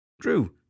Drew